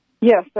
Yes